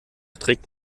trägt